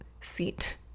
Seat